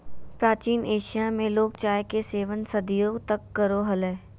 प्राचीन एशिया में लोग चाय के सेवन सदियों तक करो हलय